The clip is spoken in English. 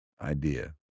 idea